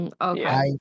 okay